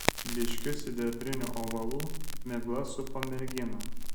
blyškiu sidabriniu ovalu migla supo merginą